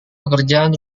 pekerjaan